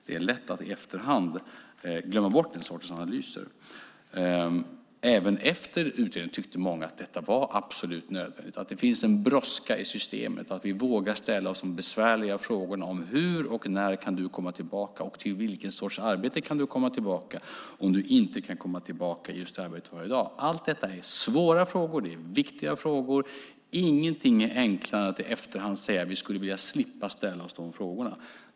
Det är lätt att glömma bort den sortens analyser i efterhand. Även efter utredningen tyckte många att det var absolut nödvändigt att det finns en brådska i systemet och att vi vågar ställa oss de besvärliga frågorna om hur och när man kan komma tillbaka och till vilken sorts arbete man kan komma tillbaka om man inte kan komma tillbaka till just det arbete man har i dag. Allt detta är svåra frågor. Det är viktiga frågor. Ingenting är enklare än att i efterhand säga att vi skulle vilja slippa att ställa oss de frågorna.